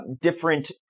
different